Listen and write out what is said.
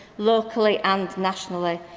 locally and nationally.